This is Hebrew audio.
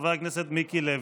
חבר הכנסת מיקי לוי.